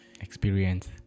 experience